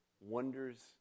wonders